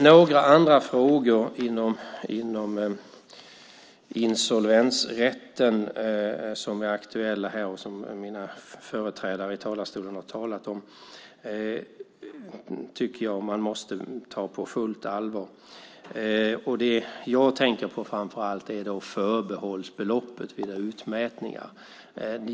Några andra frågor inom insolvensrätten som är aktuella här och som mina företrädare i talarstolen har talat om tycker jag att man måste ta på fullt allvar. Det jag framför allt tänker på är förbehållsbeloppet vid utmätningar.